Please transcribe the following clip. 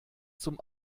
zum